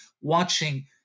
Watching